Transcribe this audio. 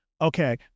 okay